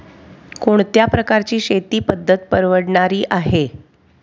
कोणत्या प्रकारची शेती पद्धत परवडणारी आहे?